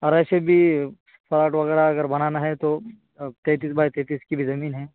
اور ایسے بھی پلاٹ وغیرہ اگر بنانا ہے تو تیتیس بائی تینتیس کی بھی زمین ہے